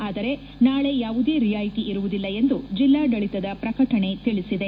ಆದರೆ ನಾಳೆ ಯಾವುದೇ ರಿಯಾಯುತಿ ಇರುವುದಿಲ್ಲ ಎಂದು ಜಿಲ್ಲಾಡಳಿತದ ಪ್ರಕಟಣೆ ತಿಳಿಸಿದೆ